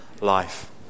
life